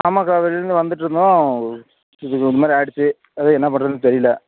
ஆமாக்கா திடீர்ன்னு வந்துட்டிருந்தோம் ஒரு இது ஒரு மாதிரி ஆகிடுச்சி அதுதான் என்னா பண்ணுறதுன்னு தெரியல